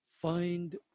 find